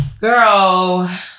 girl